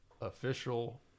official